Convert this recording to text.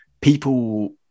people